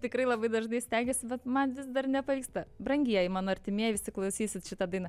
tikrai labai dažnai stengiuosi bet man vis dar nepavyksta brangieji mano artimieji visi klausysit šitą dainą